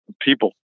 people